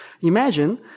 Imagine